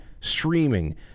streaming